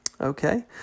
okay